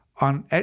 on